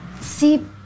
See